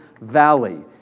Valley